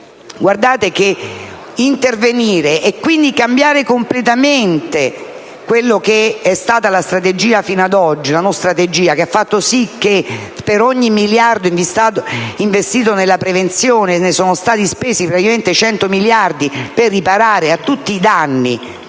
È necessario intervenire per cambiare completamente quella che è stata la strategia fino ad oggi, una non strategia che ha fatto sì che per ogni miliardo investito nella prevenzione ne sono stati spesi 100 per riparare a tutti i danni,